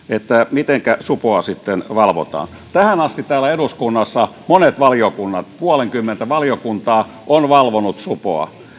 mitenkä supoa sitten valvotaan tähän asti täällä eduskunnassa monet valiokunnat puolenkymmentä valiokuntaa ovat valvoneet supoa